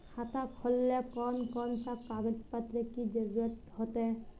खाता खोलेले कौन कौन सा कागज पत्र की जरूरत होते?